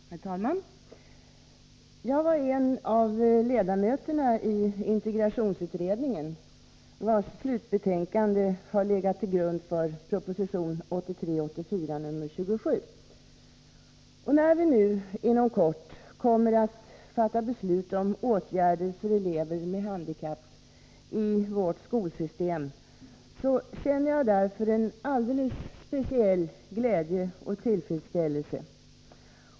Herr talman! Jag var en av ledamöterna i integrationsutredningen, vars slutbetänkande har legat till grund för proposition 1983/84:27. När vi nu inom kort kommer att fatta beslut om åtgärder för elever med handikapp i vårt skolsystem känner jag därför alldeles speciell glädje och tillfredsställelse.